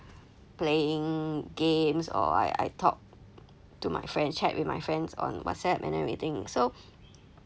playing games or I I talk to my friend chat with my friends on whatsapp and everything so